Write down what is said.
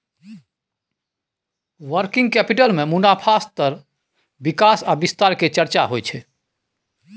working capital में मुनाफ़ा स्तर विकास आ विस्तार के चर्चा होइ छइ